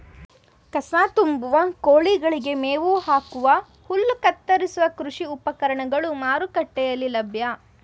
ಕಸ ತುಂಬುವ, ಕೋಳಿಗಳಿಗೆ ಮೇವು ಹಾಕುವ, ಹುಲ್ಲು ಕತ್ತರಿಸುವ ಕೃಷಿ ಉಪಕರಣಗಳು ಮಾರುಕಟ್ಟೆಯಲ್ಲಿ ಲಭ್ಯ